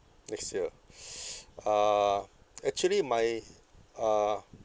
next year uh actually my uh